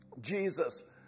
Jesus